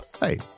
Hey